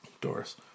Doris